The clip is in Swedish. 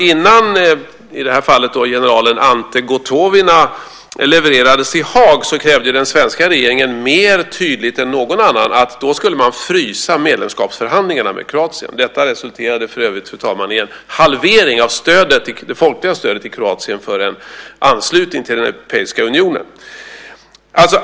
Innan i det här fallet generalen Ante Gotovina levererades i Haag krävde den svenska regeringen mer tydligt än någon annan att man skulle frysa medlemskapsförhandlingarna med Kroatien. Detta resulterade för övrigt, fru talman, i en halvering av det folkliga stödet i Kroatien för en anslutning till den europeiska unionen.